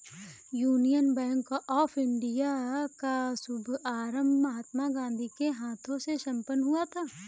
union bank of India का शुभारंभ महात्मा गांधी के हाथों से संपन्न हुआ था